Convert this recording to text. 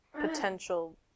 potential